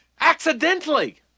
accidentally